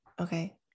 okay